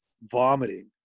vomiting